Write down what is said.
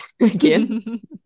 again